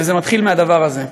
וזה מתחיל מהדבר הזה.